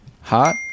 hot